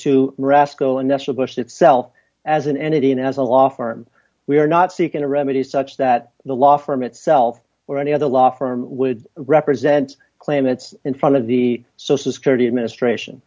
nationalist itself as an entity and as a law firm we are not seeking a remedy such that the law firm itself or any other law firm would represent claimants in front of the social security administration